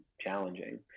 challenging